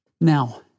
Now